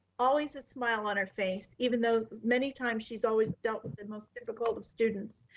always a smile on her face, even though so many times she's always dealt with the most difficult of students.